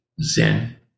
zen